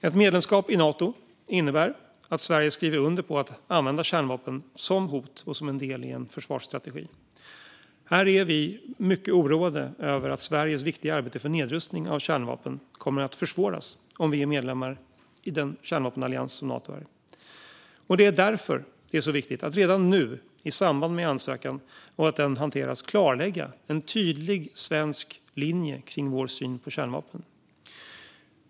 Ett medlemskap i Nato innebär att Sverige skriver under på att använda kärnvapen som hot och som en del i en försvarsstrategi. Vi är mycket oroade över att Sveriges viktiga arbete för nedrustning av kärnvapen kommer att försvåras om vi är medlemmar i den kärnvapenallians som Nato är. Det är därför det är så viktigt att redan nu i samband med att ansökan hanteras klarlägga en tydlig svensk linje kring vår syn på kärnvapen.